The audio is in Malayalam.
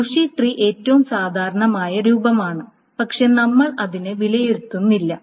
ബുഷി ട്രീ ഏറ്റവും സാധാരണമായ രൂപമാണ് പക്ഷേ നമ്മൾ അതിനെ വിലയിരുത്തുന്നില്ല